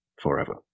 forever